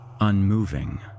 unmoving